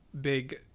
big